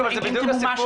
בדיוק, זה בדיוק הסיפור.